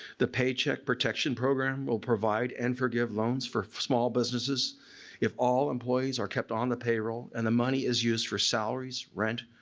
the paycheck protection program will provide and forgive loans for small businesses if all employees are kept on the payroll and the money is used for salaries, rent,